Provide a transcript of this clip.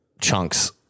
chunks